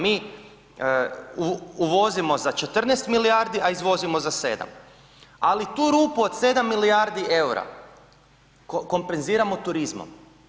Mi uvozimo za 14 milijardi, a izvozimo za 7, ali tu rupu od 7 milijardi eura kompenziramo turizmom.